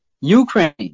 Ukraine